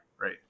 right